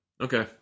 Okay